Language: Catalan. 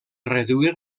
reduir